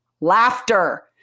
laughter